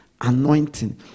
anointing